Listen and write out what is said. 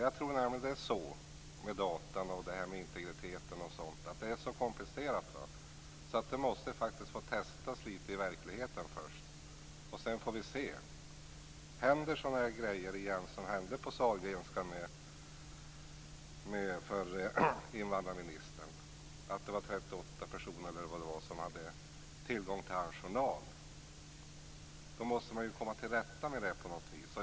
Jag tror nämligen att frågan om dataregister och integriteten är så komplicerad att det måste få testas litet i verkligheten först. Sedan får vi se. Händer sådana saker igen som hände på Sahlgrenska med förre invandrarministern - att det var 38 personer som hade tillgång till hans journal - måste man komma till rätta med det på något vis.